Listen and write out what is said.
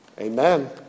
Amen